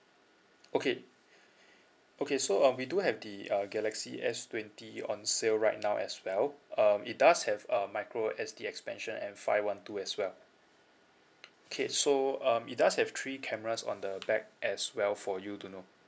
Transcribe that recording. okay okay so uh we do have the uh galaxy S twenty on sale right now as well uh it does have uh micro S_D expansion and five one two as well okay so um it does have three cameras on the back as well for you to know